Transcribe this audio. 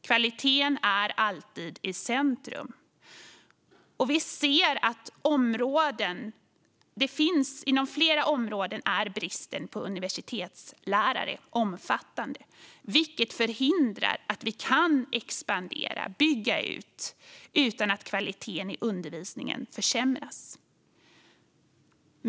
Kvaliteten är alltid i centrum, och vi ser att det inom flera områden finns en omfattande brist på universitetslärare, vilket förhindrar att vi kan expandera och bygga ut utan att kvaliteten i undervisningen försämras.